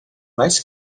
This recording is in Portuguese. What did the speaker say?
mais